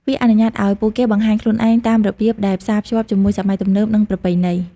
វាអនុញ្ញាតឱ្យពួកគេបង្ហាញខ្លួនឯងតាមរបៀបដែលផ្សាភ្ជាប់ជាមួយសម័យទំនើប និងប្រពៃណី។